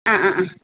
ആ ആ ആ